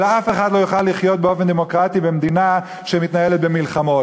אלא אף אחד לא יוכל לחיות באופן דמוקרטי במדינה שמתנהלת במלחמות.